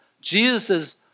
Jesus